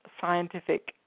scientific